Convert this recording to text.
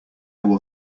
will